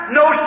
no